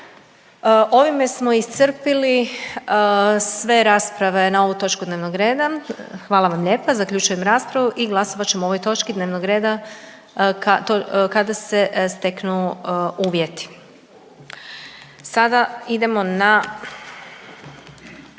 Ovime smo iscrpili sve rasprave na ovu točku dnevnog reda. Hvala vam lijepa. Zaključujem raspravu i glasovat ćemo o ovoj točki dnevnog reda kada se steknu uvjeti. **Jandroković,